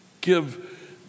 give